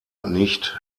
nicht